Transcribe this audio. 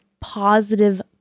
positive